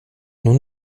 nun